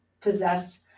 possessed